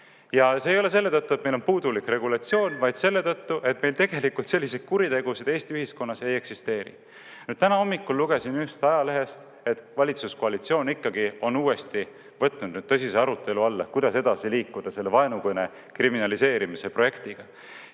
Ja see ei ole selle tõttu, et meil on puudulik regulatsioon, vaid selle tõttu, et meil tegelikult selliseid kuritegusid Eesti ühiskonnas ei eksisteeri. Täna hommikul lugesin just ajalehest, et valitsuskoalitsioon ikkagi on uuesti võtnud tõsise arutelu alla, kuidas edasi liikuda selle vaenukõne kriminaliseerimise projektiga.